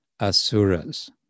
asuras